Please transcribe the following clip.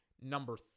number